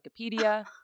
Wikipedia